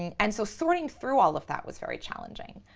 and and so sorting through all of that was very challenging.